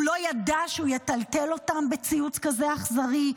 הוא לא ידע שהוא יטלטל אותם בציוץ כזה אכזרי?